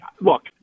Look